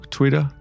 Twitter